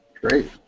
Great